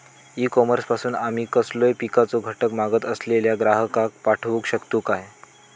E commerce पासून आमी कसलोय पिकाचो घटक मागत असलेल्या ग्राहकाक पाठउक शकतू काय?